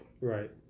Right